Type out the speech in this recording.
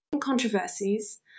Controversies